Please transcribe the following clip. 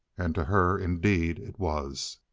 and to her, indeed, it was.